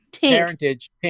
parentage